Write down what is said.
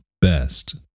best